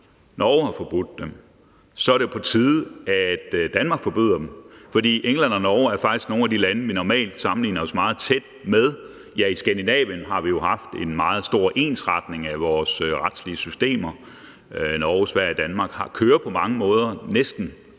Norge har forbudt dem, og så er det på tide, at Danmark forbyder dem, for England og Norge er faktisk nogle af de lande, vi normalt sammenligner os meget med. I Skandinavien har vi jo haft en meget stor ensretning af vores retslige systemer, Norge, Sverige, Danmark kører på mange måder næsten